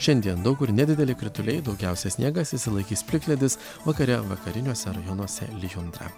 šiandien daug kur nedideli krituliai daugiausia sniegas išsilaikys plikledis vakare vakariniuose rajonuose lijundra